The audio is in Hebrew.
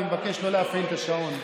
אני מבקש לא להפעיל את השעון.